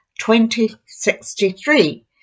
2063